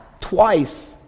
twice